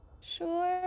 Sure